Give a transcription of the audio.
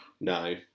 No